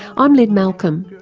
i'm lynne malcolm.